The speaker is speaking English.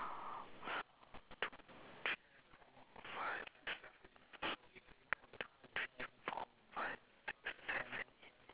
two three four five six seven one two three four five six seven eight